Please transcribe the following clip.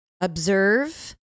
observe